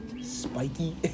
Spiky